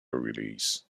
release